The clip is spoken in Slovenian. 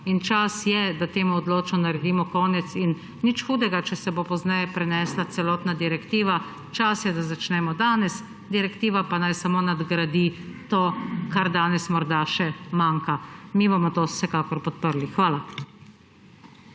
Čas je, da temu odločno naredimo konec. Nič hudega, če se bo pozneje prenesla celotna direktiva, čas je, da začnemo danes, direktiva pa naj samo nadgradi to, kar danes morda še manjka. Mi bomo to vsekakor podprli. Hvala.